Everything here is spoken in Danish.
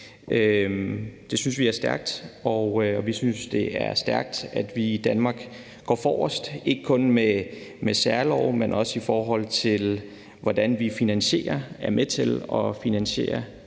Det synes vi er stærkt, og vi synes, det er stærkt, at vi i Danmark går forrest, ikke kun med særlove, men også, i forhold til hvordan vi er med til at finansiere